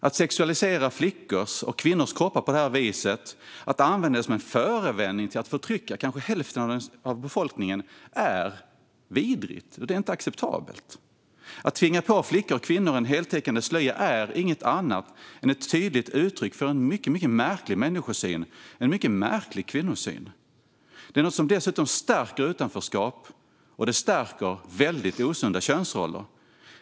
Att sexualisera flickors och kvinnors kroppar på detta vis och att använda det som en förevändning för att förtrycka kanske hälften av befolkningen är vidrigt och oacceptabelt. Att tvinga på flickor och kvinnor en heltäckande slöja är inget annat än ett tydligt uttryck för en mycket märklig människosyn och en mycket märklig kvinnosyn. Det är något som dessutom stärker utanförskap och väldigt osunda könsroller.